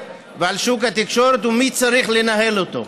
ועל שוק התקשורת ומי צריך לנהל אותו: